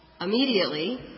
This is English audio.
immediately